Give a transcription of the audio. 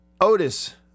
Otis